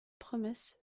promesse